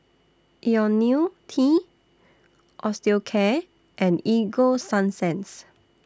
Ionil T Osteocare and Ego Sunsense